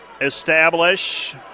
establish